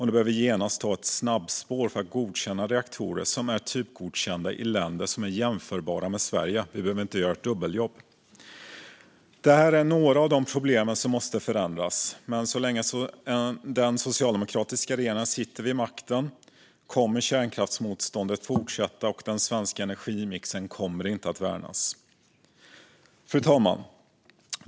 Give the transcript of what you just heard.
De behöver genast ta fram ett snabbspår för att godkänna reaktorer som är typgodkända i länder som är jämförbara med Sverige. Det här är några av de saker som måste förändras. Men så länge den socialdemokratiska regeringen sitter vid makten kommer kärnkraftsmotståndet att fortsätta, och den svenska energimixen kommer inte att värnas.